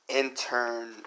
intern